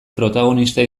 protagonista